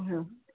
ꯍꯣꯏ ꯍꯣꯏ